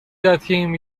یتیم